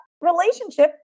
relationship